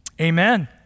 Amen